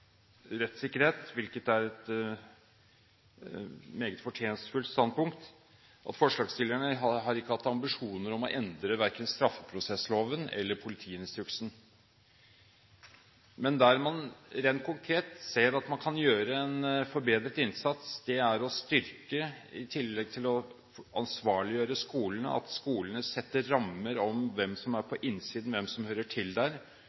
rettssikkerhet – hvilket er et meget fortjenstfullt standpunkt – om at forslagsstillerne ikke har hatt ambisjoner om å endre verken straffeprosessloven eller politiinstruksen. Men det området der man rent konkret ser at man kan forbedre innsatsen, i tillegg til å ansvarliggjøre skolene, er det å styrke at skolene setter rammer for hvem som er på innsiden – hvem som hører til der